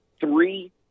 Three